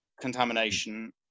contamination